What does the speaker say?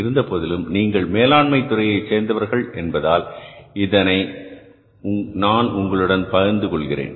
இருந்தபோதிலும் நீங்கள் மேலாண்மை துறையை சேர்ந்தவர்கள் என்பதால் இத்தனை நான் உங்களுடன் பகிர்ந்து கொள்கிறேன்